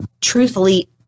truthfully